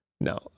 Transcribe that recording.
No